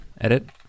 edit